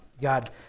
God